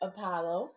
Apollo